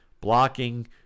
Blocking